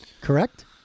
Correct